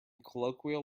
colloquial